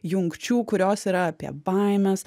jungčių kurios yra apie baimes